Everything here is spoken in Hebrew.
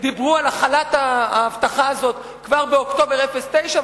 דיברו על החלת ההבטחה הזאת כבר באוקטובר 2009,